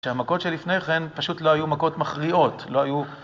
שהמכות שלפני כן פשוט לא היו מכות מכריעות, לא היו...